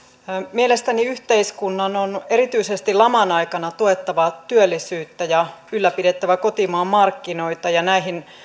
mielestäni yhteiskunnan on erityisesti laman aikana tuettava työllisyyttä ja ylläpidettävä kotimaan markkinoita ja näihin